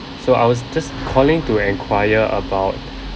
so I was just calling to enquire about